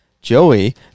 Joey